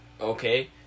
okay